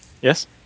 Yes